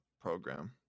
program